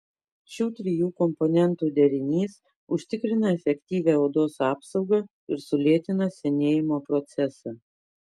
šių trijų komponentų derinys užtikrina efektyvią odos apsaugą ir sulėtina senėjimo procesą